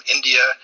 India